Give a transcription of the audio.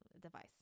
device